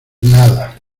nada